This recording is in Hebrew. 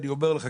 אני אומר לך,